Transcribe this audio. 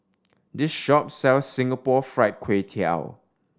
this shop sells Singapore Fried Kway Tiao